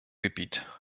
gebiet